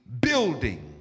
building